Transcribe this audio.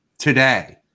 today